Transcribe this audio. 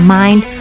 mind